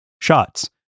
shots